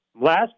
Last